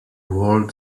world